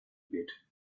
bit